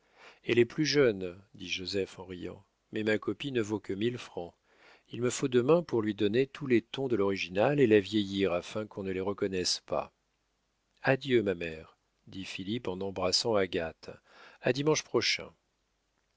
elle est plus jeune dit joseph en riant mais ma copie ne vaut que mille francs il me faut demain pour lui donner tous les tons de l'original et la vieillir afin qu'on ne les reconnaisse pas adieu ma mère dit philippe en embrassant agathe a dimanche prochain